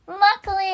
Luckily